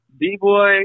B-Boy